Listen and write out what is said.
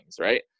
right